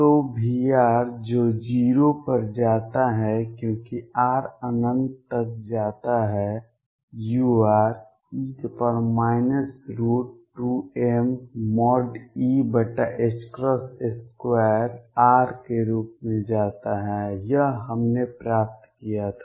तो V जो 0 पर जाता है क्योंकि r अनंत तक जाता है u e 2mE2r के रूप में जाता है यह हमने प्राप्त किया था